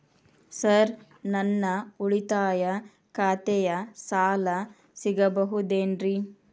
Sir ನನ್ನ ಉಳಿತಾಯ ಖಾತೆಯ ಸಾಲ ಸಿಗಬಹುದೇನ್ರಿ?